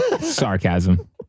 sarcasm